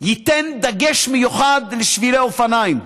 ייתן דגש מיוחד על שבילי אופניים,